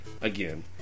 again